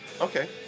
okay